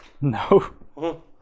no